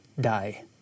die